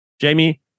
Jamie